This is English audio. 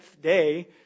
day